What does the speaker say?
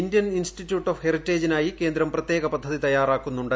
Indian institute of ഹെറിട്ടേജിനായി കേന്ദ്രം പ്രത്യേക പദ്ധതി തയ്യാറാക്കുന്നുണ്ട്